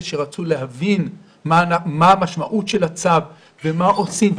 ורצו להבין מה המשמעות של הצו ומה עושים.